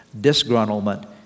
disgruntlement